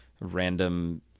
random